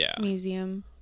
museum